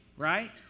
right